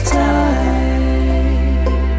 time